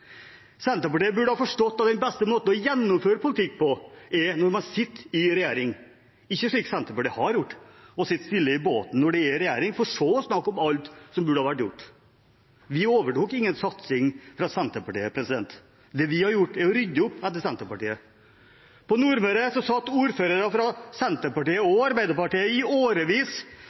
Senterpartiet burde forstått at det beste er å gjennomføre politikk når man sitter i regjering, ikke slik Senterpartiet har gjort, å sitte stille i båten når de er i regjering, for så å snakke om alt som burde ha vært gjort. Vi overtok ingen satsing fra Senterpartiet. Det vi har gjort, er å rydde opp etter Senterpartiet. På Nordmøre satt ordførere fra Senterpartiet og Arbeiderpartiet i årevis